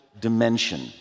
dimension